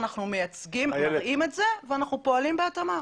אנחנו מראים את זה ואנחנו פועלים בהתאמה.